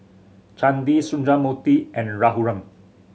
Chandi Sundramoorthy and Raghuram